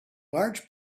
large